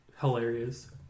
hilarious